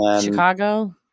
Chicago